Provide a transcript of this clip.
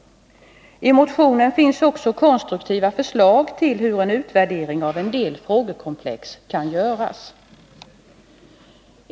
I motionen finns också konstruktiva förslag till hur en utvärdering av en del frågekomplex kan göras.